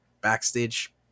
backstage